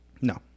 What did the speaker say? No